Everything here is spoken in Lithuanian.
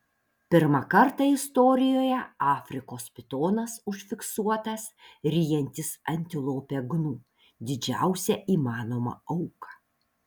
pirmą kartą istorijoje afrikos pitonas užfiksuotas ryjantis antilopę gnu didžiausią įmanomą auką